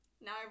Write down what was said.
Now